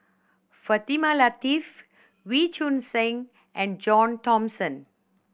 Fatimah Lateef Wee Choon Seng and John Thomson